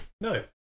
No